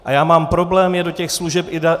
A já mám problém je do těch služeb i dát.